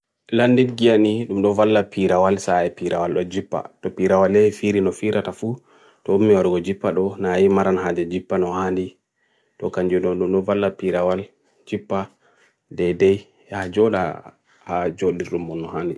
landin giani num nuvalla pirawal sa e pirawal lo jipa to pirawal e firi no firatafu tomi orogo jipa do na e maran hade jipa no hani to kanjun num nuvalla pirawal jipa dey dey ya jodha a jodhi rumon no hani